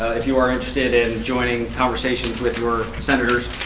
if you are interested in joining conversations with your senators,